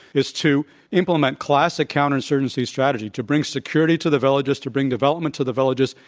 is to implement classic counter-insurgency strategy, to bring security to the villages, to bringdevelopment to the villages,